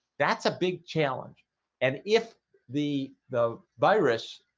that's a big challenge and if the the virus